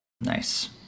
nice